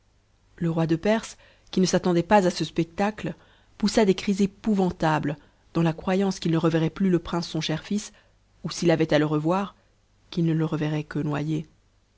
le roi de perse qui ne s'attendait pas à ce spectacfe poussa des cris épouvantables dans la croyance qu'il ne reverrait plus le prince sou cher fils ou s'i avait à le revoir qu'it ne le reverrait que noyé